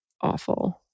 awful